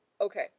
okay